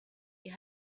you